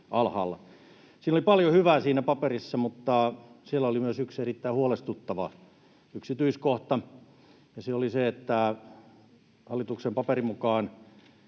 oli paljon hyvää, mutta siellä oli myös yksi erittäin huolestuttava yksityiskohta, ja se oli se, että hallituksen paperin mukaan